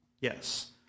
Yes